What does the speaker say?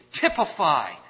typify